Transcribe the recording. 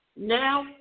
Now